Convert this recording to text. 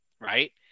right